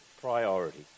priority